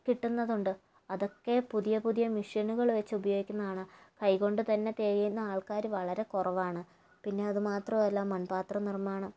കിട്ടുന്നതുണ്ട് അതൊക്കെ പുതിയ പുതിയ മെഷീനുകൾ വെച്ച് ഉപയോഗിക്കുന്നതാണ് കൈ കൊണ്ടുതന്നെ ചെയ്യുന്ന ആൾക്കാര് വളരെ കുറവാണ് പിന്നെ അതുമാത്രമല്ല മൺപാത്ര നിർമ്മാണം